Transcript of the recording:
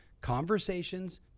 Conversations